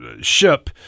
ship